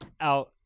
out